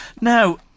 Now